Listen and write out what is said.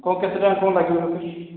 ହଁ କେତେ ଟଙ୍କା କ'ଣ ଲାଗିବ